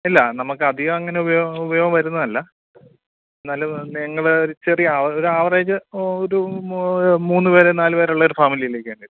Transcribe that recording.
ഇല്ലാ നമുക്കധികമങ്ങനെ ഉപയോഗം വരുന്നതല്ല എന്നാലും നിങ്ങള് ഒരു ചെറിയ ഒരാവറേജ് ഒരൂ മൂന്നു പേര് നാലു പേരുള്ള ഒരു ഫാമിലിയിലേക്കുവേണ്ടി